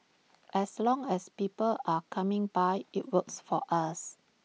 as long as people are coming by IT works for us